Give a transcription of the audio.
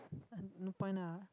uh no point ah